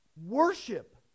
worship